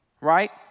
Right